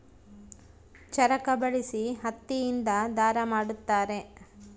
ಚರಕ ಬಳಸಿ ಹತ್ತಿ ಇಂದ ದಾರ ಮಾಡುತ್ತಾರೆ